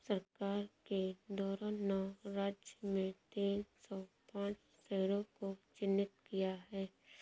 सरकार के द्वारा नौ राज्य में तीन सौ पांच शहरों को चिह्नित किया है